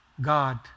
God